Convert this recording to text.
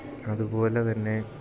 അതുപോലെ തന്നെ